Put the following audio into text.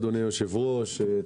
אדוני היושב-ראש,